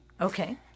Okay